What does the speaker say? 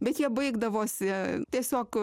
bet jie baigdavosi tiesiog